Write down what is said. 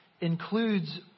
includes